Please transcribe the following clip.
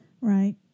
Right